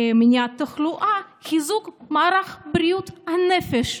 מניעת תחלואה, חיזוק מערך בריאות הנפש,